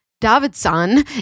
davidson